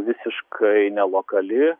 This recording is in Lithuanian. visiškai nelokali